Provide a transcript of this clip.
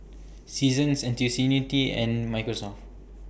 Seasons Ntuc Unity and Microsoft